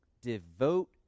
Devote